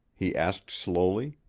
he asked slowly.